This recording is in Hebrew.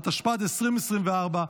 התשפ"ד 2024,